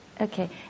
Okay